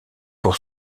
pour